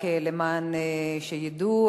למען ידעו,